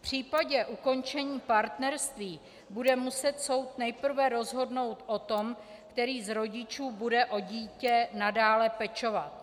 V případě ukončení partnerství bude muset soud nejprve rozhodnout o tom, který z rodičů bude o dítě nadále pečovat.